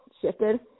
shifted